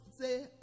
say